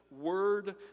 word